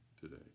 today